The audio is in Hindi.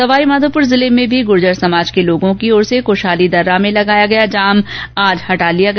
सवाई माधोपुर जिले में भी गूर्जर समाज के लोगों की ओर से कृशाली दर्रा में लगाया गया जाम आज हटा लिया गया